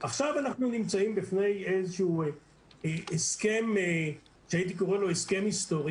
עכשיו אנחנו עומדים בפני איזה הסכם שהייתי קורא לו הסכם היסטורי